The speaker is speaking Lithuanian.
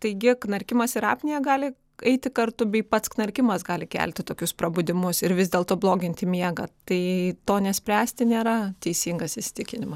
taigi knarkimas ir apnėja gali eiti kartu bei pats knarkimas gali kelti tokius prabudimus ir vis dėlto bloginti miegą tai to nespręsti nėra teisingas įsitikinimas